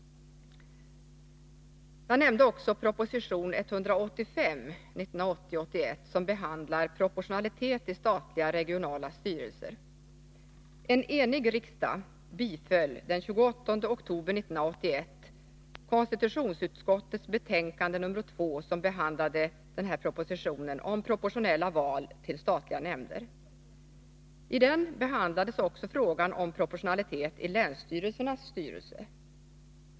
Jag nämnde också proposition 1980 81:185 om proportionella val till statliga nämnder. I den behandlades också frågan om proportionalitet i länsstyrelsernas styrelse.